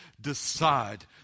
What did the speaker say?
decide